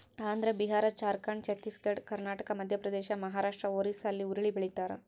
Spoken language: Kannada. ಆಂಧ್ರ ಬಿಹಾರ ಜಾರ್ಖಂಡ್ ಛತ್ತೀಸ್ ಘಡ್ ಕರ್ನಾಟಕ ಮಧ್ಯಪ್ರದೇಶ ಮಹಾರಾಷ್ಟ್ ಒರಿಸ್ಸಾಲ್ಲಿ ಹುರುಳಿ ಬೆಳಿತಾರ